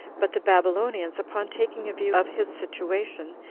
but the babylonians, upon taking a view of his situation,